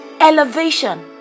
Elevation